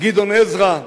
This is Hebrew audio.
גדעון עזרא,